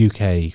uk